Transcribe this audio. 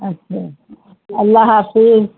اچھا اللہ حافظ